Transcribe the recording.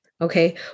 okay